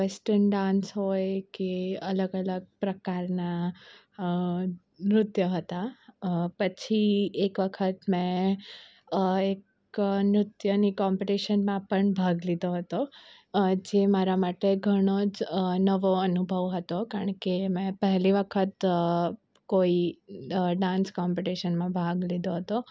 western dance હોય કે અલગ અલગ પ્રકારના નૃત્ય હતા પછી એક વખત મેં એક નૃત્યની કોમ્પીટીશનમાં પણ ભાગ લીધો હતો જે મારા માટે ઘણો જ નવો અનુભવ હતો કારણ કે મેં પહેલી વખત કોઈ ડાન્સ કોમ્પીટીશનમાં ભાગ લીધો હતો